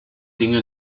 dinge